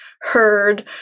heard